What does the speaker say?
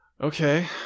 Okay